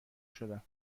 شدم